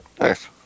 nice